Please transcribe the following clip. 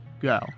go